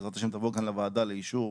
בעזרת השם תבוא כאן לוועדה לאישור,